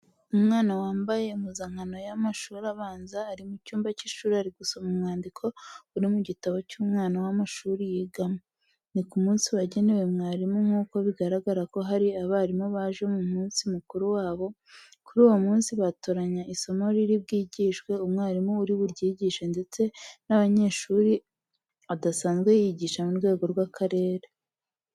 Umwana wambaye impuzankano y'amashuri abanza ari mu cyumba cy'ishuri ari gusoma umwandiko uri mu gitabo cy'umwaka w'amashuri yigamo. Ni ku munsi wagenewe mwarimu nk'uko bigaragara ko hari abarimu baje mu munsi mukuru wabo. Kuri uwo munsi batoranya isomo riri bwigishwe, umwarimu uri buryigishe ndetse n'abanyeshuri adasanzwe yigisha mu rwego rw'akarere.